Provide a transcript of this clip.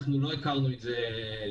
לא הכרנו את זה לפני.